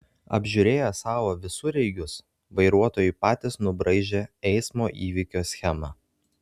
apžiūrėję savo visureigius vairuotojai patys nubraižė eismo įvykio schemą